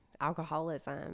alcoholism